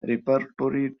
repertory